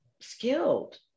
skilled